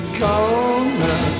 corner